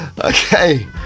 Okay